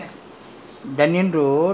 along the dunearn road there's one indian house